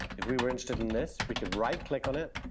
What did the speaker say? if we were interested in this, we could right click on it,